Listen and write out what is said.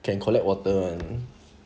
can collect water [one]